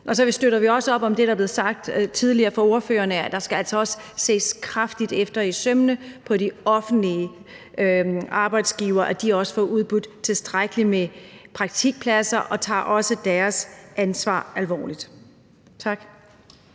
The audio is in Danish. Vi støtter også op om det, der er blevet sagt af tidligere ordførere, nemlig at det altså skal ses kraftigt efter i sømmene, at de offentlige arbejdsgivere også får udbudt tilstrækkelig med praktikpladser og også tager deres ansvar alvorligt. Kl.